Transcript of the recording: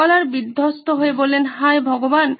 scholar বিধ্বস্ত হয়ে বললেন হায় ভগবান